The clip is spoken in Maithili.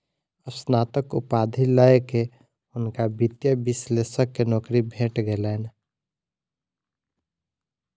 स्नातक उपाधि लय के हुनका वित्तीय विश्लेषक के नौकरी भेट गेलैन